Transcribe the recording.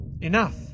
Enough